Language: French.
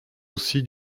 aussi